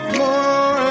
more